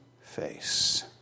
face